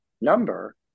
number